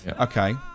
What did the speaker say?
Okay